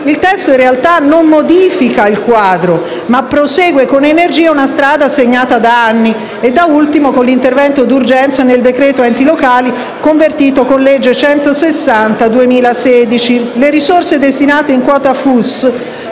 il testo in realtà non modifica il quadro, ma prosegue con energia su una strada segnata da anni, e da ultimo con l'intervento d'urgenza nel decreto sugli enti locali, convertito nella legge n. 160 del 2016. Le risorse destinate in quota Fondo